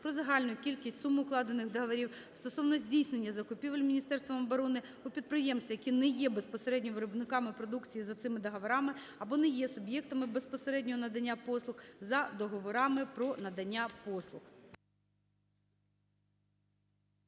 про загальну кількість, сум укладених договорів, стосовно здійснення закупівель Міністерством оборони у підприємств, які не є безпосередньо виробниками продукції за цими договорами, або не є суб'єктами безпосереднього надання послуг, за договорами про надання послуг.